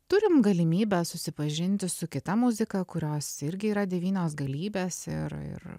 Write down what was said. turim galimybę susipažinti su kita muzika kurios irgi yra devynios galybės ir ir